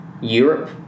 Europe